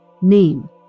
name